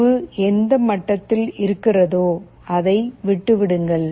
அளவு எந்த மட்டத்தில் இருக்கிறதோ அதை விட்டுவிடுங்கள்